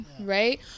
right